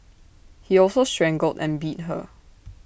he also strangled and beat her